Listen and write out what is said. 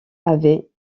avait